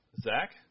Zach